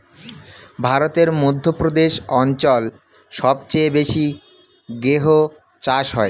ভারতের মধ্য প্রদেশ অঞ্চল সবচেয়ে বেশি গেহু চাষ হয়